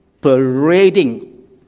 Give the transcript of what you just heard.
parading